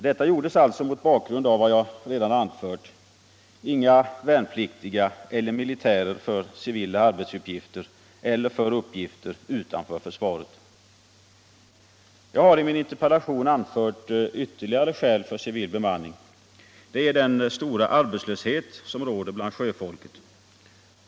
Detta gjordes alltså mot bakgrund av vad jag redan anfört: inga värnpliktiga eller militärer för civila arbetsuppgifter eller för uppgifter utanför försvaret. Jag har i min interpellation anfört ytterligare skäl för civil bemanning. Det är den stora arbetslöshet som råder bland sjöfolket.